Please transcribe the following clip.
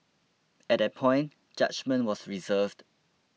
at that point judgement was reserved